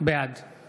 בעד